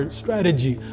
strategy